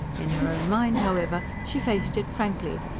in her own mind, however, she faced it frankly,